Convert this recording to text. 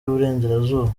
y’uburengerazuba